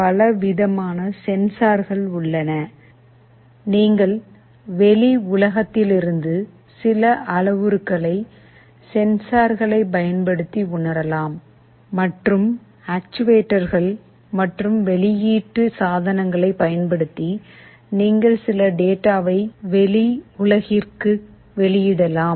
பல விதமான சென்சார்கள் உள்ளன நீங்கள் வெளி உலகத்திலிருந்து சில அளவுருக்ககளை சென்சார்களை பயன்படுத்தி உணரலாம் மற்றும் ஆக்சுவேட்டர்கள் மற்றும் வெளியீட்டு சாதனங்களை பயன்படுத்தி நீங்கள் சில டேட்டாவை வெளி உலகிற்கு வெளியிடலாம்